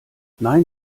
nein